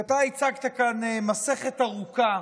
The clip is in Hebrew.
כי אתה הצגת כאן מסכת ארוכה